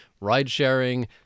ride-sharing